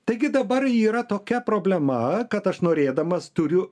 taigi dabar yra tokia problema kad aš norėdamas turiu